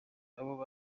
abo